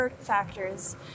factors